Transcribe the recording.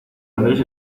andrés